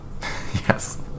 Yes